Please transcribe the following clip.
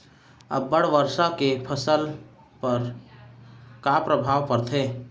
अब्बड़ वर्षा के फसल पर का प्रभाव परथे?